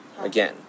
again